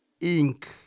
ink